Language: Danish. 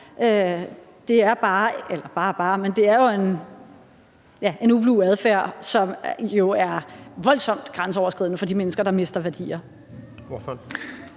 bare og bare – en ublu adfærd, som er voldsomt grænseoverskridende for de mennesker, der mister værdier. Kl.